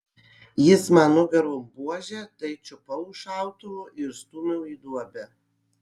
jis man nugaron buože tai čiupau už šautuvo ir stūmiau į duobę